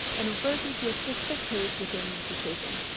and refers you to a specific page within the decision.